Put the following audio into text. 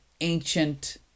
ancient